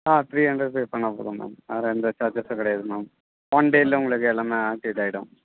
ஆ three hundred pay பண்ணால் போதும் ma'am வேற எந்த சார்ஜஸும் கிடையாது மேம் ஒன்டேல உங்களுக்கு எல்லாமே ஆக்டிவேட் ஆகிடும்